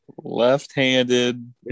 left-handed